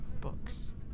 Books